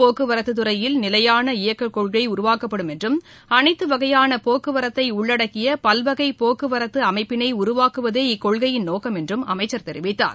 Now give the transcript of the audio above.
போக்குவரத்துத்துறையில் நிலையான இயக்கக்கொள்கை உருவாக்கப்படும் என்றும் அனைத்து வகையான போக்குவரத்தை உள்ளடக்கிய பல்வகை போக்குவரத்து அமைப்பினை உருவாக்குவதே இக்கொள்கையின் நோக்கமாகும் என்றும் அமைச்சர் தெரிவித்தார்